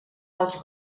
els